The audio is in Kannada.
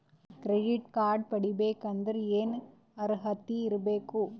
ಕ್ರೆಡಿಟ್ ಕಾರ್ಡ್ ಪಡಿಬೇಕಂದರ ಏನ ಅರ್ಹತಿ ಇರಬೇಕು?